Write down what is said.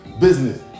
business